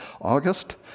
August